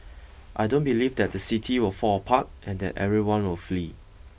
I don't believe that the city will fall apart and that everyone will flee